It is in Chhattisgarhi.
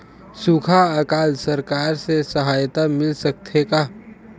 सुखा अकाल सरकार से सहायता मिल सकथे का?